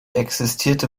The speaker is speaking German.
existierte